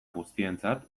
guztientzat